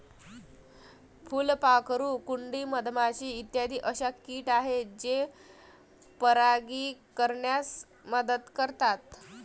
फुलपाखरू, कुंडी, मधमाशी इत्यादी अशा किट आहेत जे परागीकरणास मदत करतात